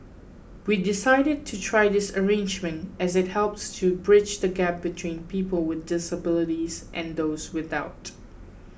we decided to try this arrangement as it helps to bridge the gap between people with disabilities and those without